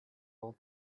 all